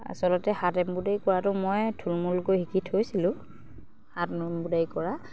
আচলতে হাত এমব্ৰইডাৰী কৰাটো মই থুলমূলকৈ শিকি থৈছিলোঁ হাত এমব্ৰইডাৰী কৰা